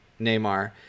Neymar